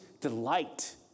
delight